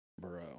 bro